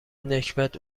نکبت